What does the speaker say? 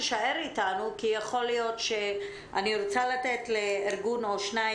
תישאר אתנו כי אני רוצה לתת לארגון או שניים,